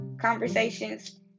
conversations